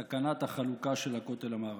סכנת החלוקה של הכותל המערבי.